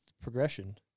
progression